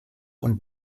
und